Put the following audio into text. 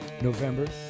november